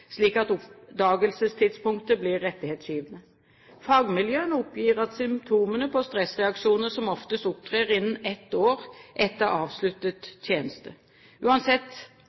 slik at oppdagelsestidspunktet blir rettighetsgivende. Fagmiljøene oppgir at symptomene på stressreaksjoner som oftest opptrer innen ett år etter avsluttet tjeneste. Uansett: